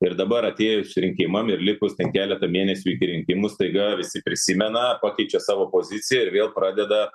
ir dabar atėjus rinkimam ir likus ten keletą mėnesių iki rinkimų staiga visi prisimena pakeičia savo poziciją ir vėl pradeda